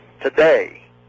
today